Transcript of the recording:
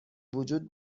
وجود